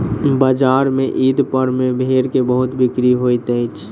बजार में ईद पर्व में भेड़ के बहुत बिक्री होइत अछि